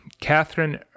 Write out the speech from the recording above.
Catherine